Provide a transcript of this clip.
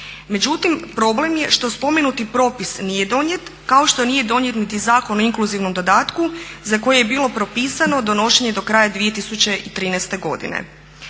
Međutim, problem je što spomenuti propis nije donijet kao što nije donijet niti Zakon o inkluzivnom dodatku za koje je bilo propisano donošenje do kraja 2013. godine.